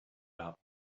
about